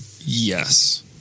Yes